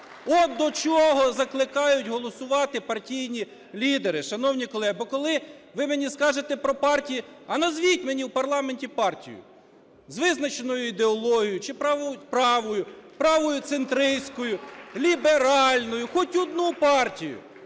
От до чого закликають голосувати партійні лідери, шановні колеги. Бо коли ви мені скажете про партії, а назвіть мені в парламенті партію з визначеною ідеологією, чи праву, правоцентристську, ліберальну, хоч одну партію.